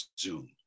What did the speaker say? Zoom